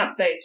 update